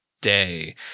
day